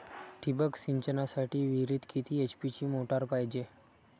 ठिबक सिंचनासाठी विहिरीत किती एच.पी ची मोटार पायजे?